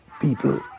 people